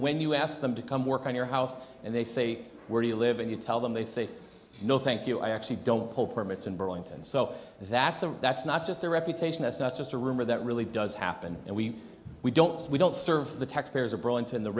when you ask them to come work on your house and they say where you live and you tell them they say no thank you i actually don't pull permits in burlington so that's a that's not just their reputation that's not just a rumor that really does happen and we we don't we don't serve the taxpayers or burlington the